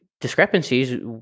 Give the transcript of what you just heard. discrepancies